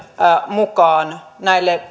mukaan myös näille